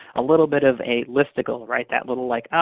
a little bit of a listicle. right? that little, like ah,